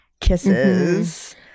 kisses